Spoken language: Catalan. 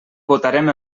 votarem